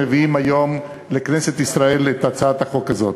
מביאים היום לכנסת ישראל את הצעת החוק הזאת.